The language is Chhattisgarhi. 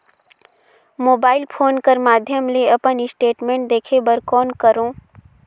मोबाइल फोन कर माध्यम ले अपन स्टेटमेंट देखे बर कौन करों?